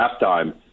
halftime